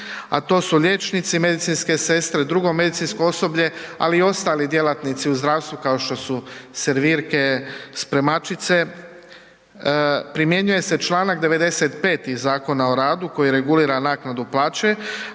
a to su liječnici, medicinske sestre, drugo medicinsko osoblje, ali i ostali djelatnici u zdravstvu kao što su servirke, spremačice, primjenjuje se čl. 95. iz Zakona o radu koji regulira naknadu plaće,